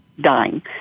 dying